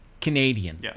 Canadian